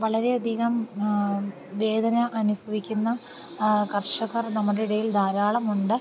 വളരെ അധികം വേദന അനുഭവിക്കുന്ന കർഷകർ നമ്മുടെ ഇടയിൽ ധാരാളമുണ്ട്